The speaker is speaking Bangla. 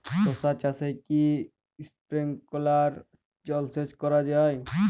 শশা চাষে কি স্প্রিঙ্কলার জলসেচ করা যায়?